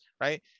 right